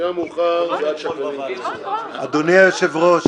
אדוני היושב-ראש,